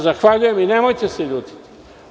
Zahvaljujem vam se i nemojte se ljutiti.